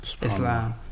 Islam